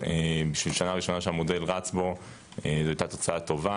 בשביל שנה ראשונה שהמודל רץ בו זו בסך הכול הייתה תוצאה טובה,